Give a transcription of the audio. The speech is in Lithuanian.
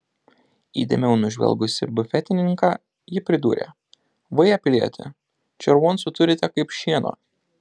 įdėmiau nužvelgusi bufetininką ji pridūrė vaje pilieti červoncų turite kaip šieno